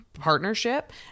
partnership